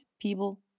people